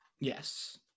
Yes